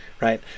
right